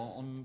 on